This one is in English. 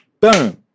Boom